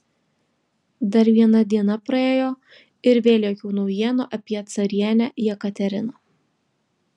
dar viena diena praėjo ir vėl jokių naujienų apie carienę jekateriną